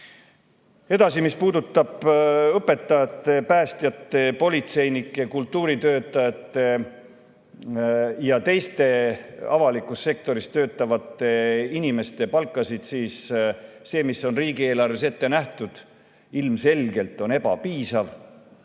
Edasi, mis puudutab õpetajate, päästjate, politseinike, kultuuritöötajate ja teiste avalikus sektoris töötavate inimeste palkasid, siis see, mis on riigieelarves ette nähtud, ilmselgelt on ebapiisav.